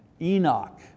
Enoch